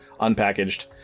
unpackaged